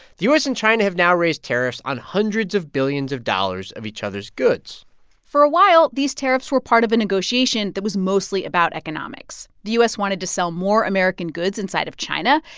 the u s. and china have now raised tariffs on hundreds of billions of dollars of each other's goods for a while, these tariffs were part of a negotiation that was mostly about economics. the u s. wanted to sell more american goods inside of china,